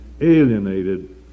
alienated